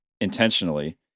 intentionally